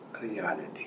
Reality